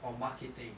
or marketing